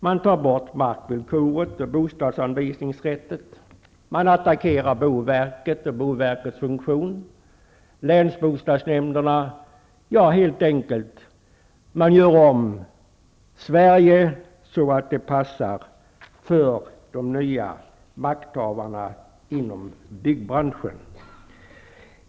Man tar bort mark och bostadsanvisningsrätten, man attackerar boverket och dess funktion och länsbostadsnämnderna. Helt enkelt gör man om Sverige så, att det passar för de nya makthavarna inom byggbranschen.